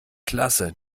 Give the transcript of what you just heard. klasse